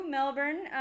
Melbourne